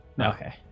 Okay